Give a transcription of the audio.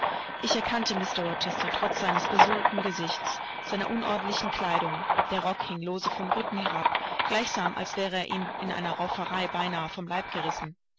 ich erkannte mr rochester trotz seines besudelten gesichts seiner unordentlichen kleidung der rock hing lose vom rücken herab gleichsam als wäre er ihm in einer rauferei beinahe vom leibe gerissen